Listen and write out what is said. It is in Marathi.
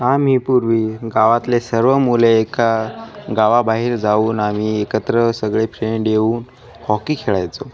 आम्ही पूर्वी गावातले सर्व मुले एका गावाबाहेर जाऊन आम्ही एकत्र सगळे फ्रेंड येऊन हॉकी खेळायचो